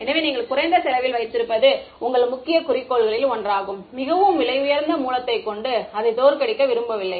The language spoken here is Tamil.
எனவே நீங்கள் குறைந்த செலவில் வைத்திருப்பது உங்கள் முக்கிய குறிக்கோள்களில் ஒன்றாகும் மிகவும் விலையுயர்ந்த மூலத்தைக் கொண்டு அதைத் தோற்கடிக்க விரும்பவில்லை